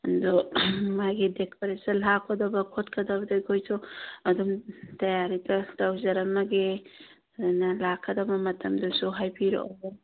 ꯑꯗꯨ ꯃꯥꯒꯤ ꯗꯦꯀꯣꯔꯦꯁꯟ ꯍꯥꯞꯀꯗꯕ ꯈꯣꯠꯀꯗꯕꯗꯣ ꯑꯩꯈꯣꯏꯁꯨ ꯑꯗꯨꯝ ꯇꯌꯥꯔꯤꯗ ꯇꯧꯖꯔꯝꯃꯒꯦ ꯑꯗꯨꯅ ꯂꯥꯛꯀꯗꯕ ꯃꯇꯝꯗꯨꯁꯨ ꯍꯥꯏꯕꯤꯔꯛꯑꯣ